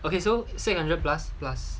okay so six hundred plus plus